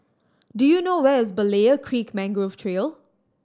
do you know where is Berlayer Creek Mangrove Trail